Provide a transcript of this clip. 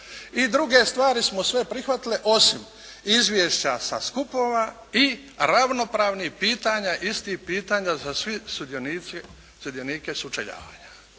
I druge stvari smo sve prihvatili osim izvješća sa skupova i ravnopravnih pitanja, istih pitanja za sve sudionike sučeljavanja.